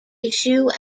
issue